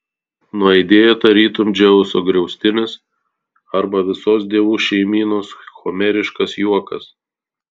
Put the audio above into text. nuaidėjo tarytum dzeuso griaustinis arba visos dievų šeimynos homeriškas juokas